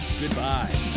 Goodbye